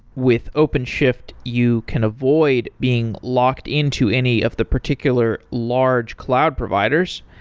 with openshift, you can avoid being locked into any of the particular large cloud providers.